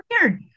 weird